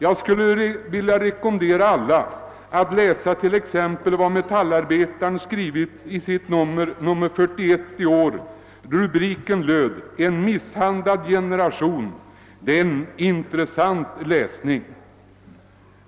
Jag skulle vilja rekommendera alla att läsa t.ex. vad som skrivits i nr 41 för i år av Metallarbetaren under rubriken »En misshandlad generation». Det är en intressant läsning.